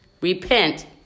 repent